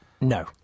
No